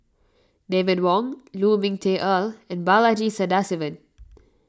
David Wong Lu Ming Teh Earl and Balaji Sadasivan